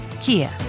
Kia